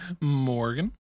Morgan